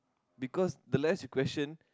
because the less you question